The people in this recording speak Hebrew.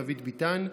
דוד ביטן,